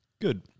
Good